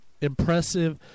impressive